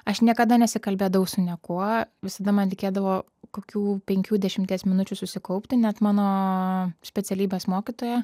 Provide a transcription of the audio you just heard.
aš niekada nesikalbėdavau su niekuo visada man reikėdavo kokių penkių dešimties minučių susikaupti net mano specialybės mokytoja